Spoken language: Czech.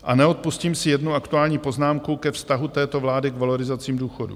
A neodpustím si jednu aktuální poznámku ke vztahu této vlády k valorizacím důchodů.